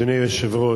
אדוני היושב-ראש,